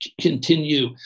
continue